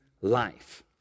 life